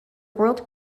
world